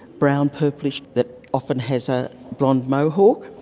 brown, purplish, that often has a blonde mohawk,